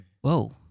Whoa